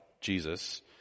Jesus